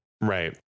Right